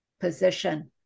position